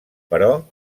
però